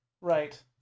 right